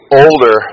older